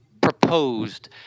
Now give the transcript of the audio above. proposed—